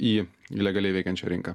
į į legaliai veikiančią rinką